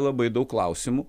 labai daug klausimų